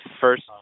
first